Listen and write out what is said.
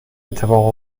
اتفاق